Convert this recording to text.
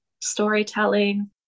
storytelling